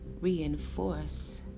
reinforce